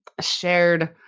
shared